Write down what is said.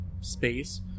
space